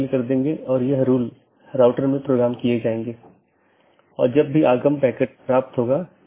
वोह AS जो कि पारगमन ट्रैफिक के प्रकारों पर नीति प्रतिबंध लगाता है पारगमन ट्रैफिक को जाने देता है